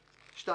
"(2)